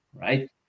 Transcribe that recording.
right